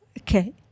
okay